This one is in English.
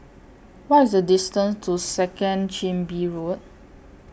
What IS The distance to Second Chin Bee Road